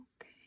okay